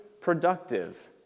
productive